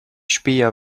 späher